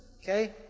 Okay